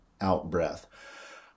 out-breath